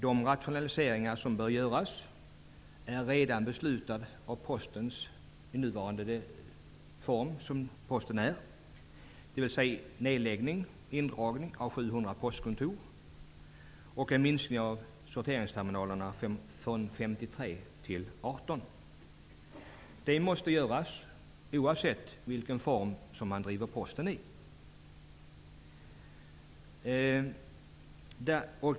De rationaliseringar som bör göras är redan beslutade i den nuvarande form som Postens har, dvs. nedläggning och indragning av 700 postkontor samt en minskning av antalet sorteringsterminaler från 53 till 18. Det måste göras oavsett vilken form man driver Posten i.